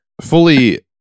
Fully